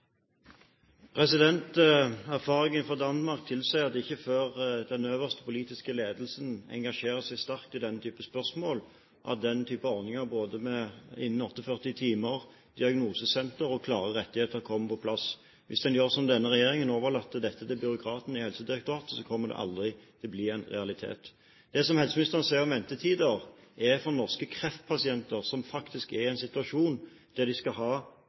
Danmark tilsier at det ikke er før den øverste politiske ledelsen engasjerer seg sterkt i denne typen spørsmål, at denne typen ordninger, både med diagnose innen 48 timer, diagnosesenter og klare rettigheter, kommer på plass. Hvis en gjør som denne regjeringen og overlater dette til byråkratene i Helsedirektoratet, kommer det aldri til å bli en realitet. Det som helseministeren sier om ventetider, er for norske kreftpasienter som faktisk er i en situasjon der de skal ha